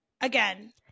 Again